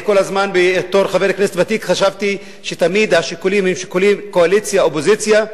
כחבר כנסת ותיק כל הזמן חשבתי שהשיקולים הם שיקולי קואליציה אופוזיציה.